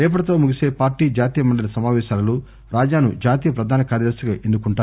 రేపటితో ముగిసీ పార్టీ జాతీయ మండలి సమావేశాలలో రాజాను జాతీయ ప్రధాన కార్యదర్నిగా ఎన్ను కుంటారు